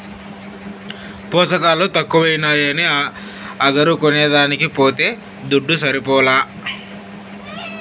పోసకాలు తక్కువైనాయని అగరు కొనేదానికి పోతే దుడ్డు సరిపోలా